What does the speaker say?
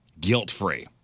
guilt-free